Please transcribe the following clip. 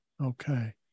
Okay